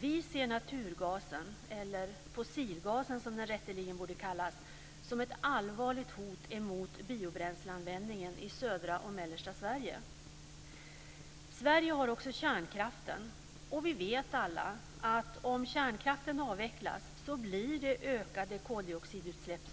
Vi ser naturgasen - fossilgasen, som den rätteligen borde kallas - som ett allvarligt hot mot biobränsleanvändningen i södra och mellersta Sverige har också kärnkraften. Vi vet alla att om kärnkraften avvecklas blir följden ökade koldioxidutsläpp.